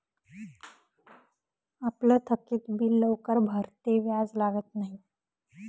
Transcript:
आपलं थकीत बिल लवकर भरं ते व्याज लागत न्हयी